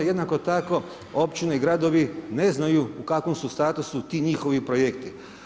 Jednako tako općine i gradovi ne znaju u kakvom su statusu ti njihovi projekti.